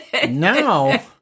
Now